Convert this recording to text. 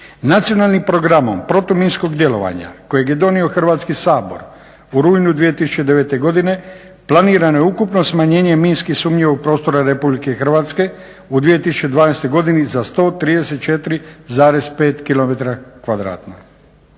Nacionalnim programom protuminskog djelovanja kojeg je donio Hrvatski sabor u rujnu 2009.godine planirano je ukupno smanjenje minski sumnjivog prostora RH u 2012.godini za 134,5